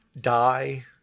die